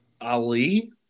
Ali